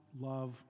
love